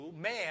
man